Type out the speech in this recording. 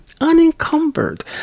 unencumbered